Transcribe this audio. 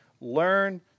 Learn